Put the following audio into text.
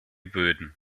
böden